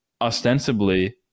ostensibly